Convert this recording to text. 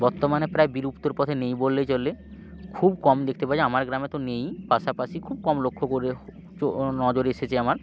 বর্তমানে প্রায় বিলুপ্তর পথে নেই বললেই চলে খুব কম দেখতে পাওয়া যায় আমার গ্রামে তো নেই পাশাপাশি খুব কম লক্ষ্য করে নজরে এসেছে আমার